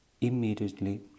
immediately